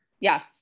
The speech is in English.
Yes